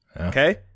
Okay